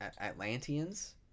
Atlanteans